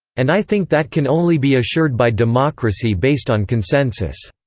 and i think that can only be assured by democracy based on consensus.